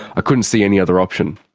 couldn't see any other option.